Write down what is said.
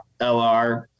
LR